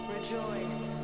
Rejoice